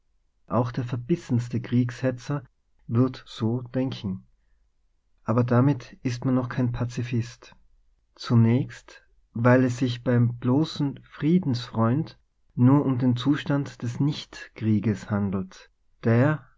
auch der verbissenste kriegshetzer wird so denken aber damit ist man noch kein pazifist zunächst weil es sich bei dem bloßen friedensfreund nur um den zustand des nichtkrieges handelt der